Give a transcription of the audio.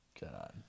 God